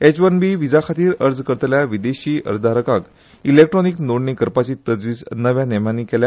H one B व्हिजाखातीर अर्ज करतल्या विदेशी अर्जदारांक इलॅक्ट्रिोनिक नोंदणी करपाची तरतूद नव्या नेमानी केल्या